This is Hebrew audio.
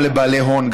גם לבעלי הון,